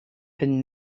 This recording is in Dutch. een